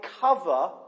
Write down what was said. cover